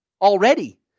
already